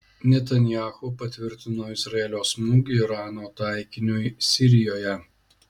netanyahu patvirtino izraelio smūgį irano taikiniui sirijoje